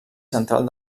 central